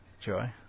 Joy